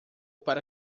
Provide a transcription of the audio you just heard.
para